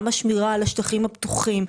גם בשמירה על השטחים הפתוחים,